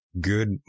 good